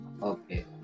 Okay